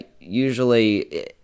usually